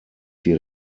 die